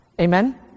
Amen